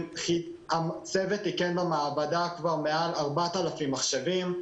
הצוות תיקן במעבדה מעל 4,000 מחשבים,